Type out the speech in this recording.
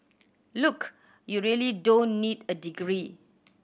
look you really don't need a degree